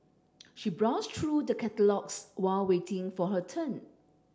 she browsed through the catalogues while waiting for her turn